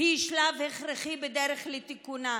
היא שלב הכרחי בדרך לתיקונן.